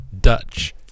Dutch